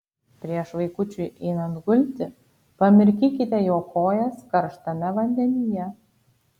prieš vaikučiui einant gulti pamirkykite jo kojas karštame vandenyje